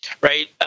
Right